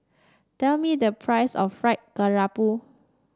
tell me the price of Fried Garoupa